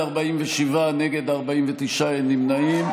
47, נגד, 49, אין נמנעים.